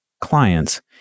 clients